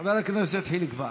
חבר הכנסת חיליק בר.